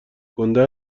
گنده